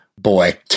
boy